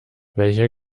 welcher